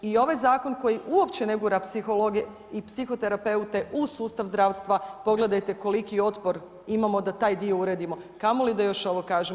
I ovaj zakon koji uopće ne gura psihologe i psihoterapeute u sustav zdravstva pogledajte koliki otpor imamo da taj dio uredimo kamoli da još ovo kažem.